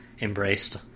embraced